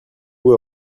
vous